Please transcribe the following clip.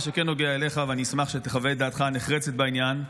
מה שכן נוגע אליך ואני אשמח שתחווה את דעתך הנחרצת בעניין.